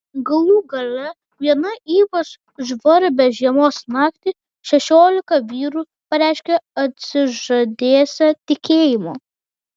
galų gale vieną ypač žvarbią žiemos naktį šešiolika vyrų pareiškė atsižadėsią tikėjimo